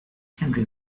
henri